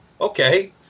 Okay